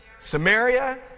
Samaria